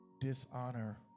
dishonor